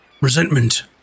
resentment